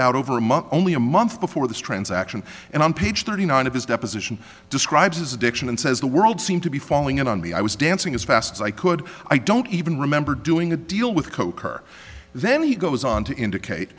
bottomed out over a month only a month before this transaction and on page thirty nine of his deposition describes his addiction and says the world seemed to be falling in on me i was dancing as fast as i could i don't even remember doing a deal with coke or then he goes on to indicate